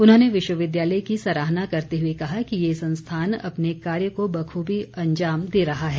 उन्होंने विश्वविद्यालय की सराहना करते हुए कहा कि ये संस्थान अपने कार्य को बखूबी अंजाम दे रहा है